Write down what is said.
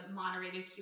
moderated